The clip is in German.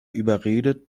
überredet